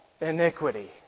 iniquity